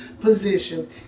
position